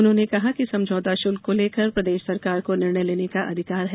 उन्होंने कहा कि समझौता शुल्क को लेकर प्रदेश सरकार को निर्णय लेने का अधिकार है